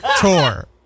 tour